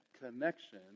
connection